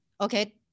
Okay